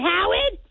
Howard